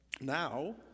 Now